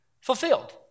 fulfilled